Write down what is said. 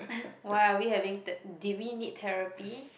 why are we having th~ did we need therapy